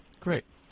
Great